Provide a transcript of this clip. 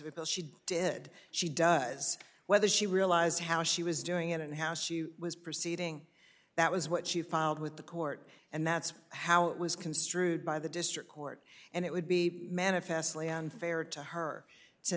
le she did she does whether she realized how she was doing it and how she was proceeding that was what she filed with the court and that's how it was construed by the district court and it would be manifestly unfair to her to